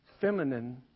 feminine